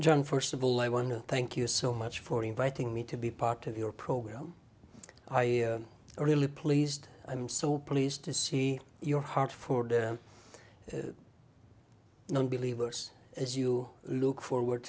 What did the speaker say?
john first of all i want to thank you so much for inviting me to be part of your program i are really pleased i'm so pleased to see your heart for the non believers as you look forward